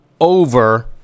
over